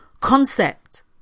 concept